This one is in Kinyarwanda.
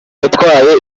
yatwaye